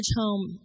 home